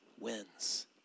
wins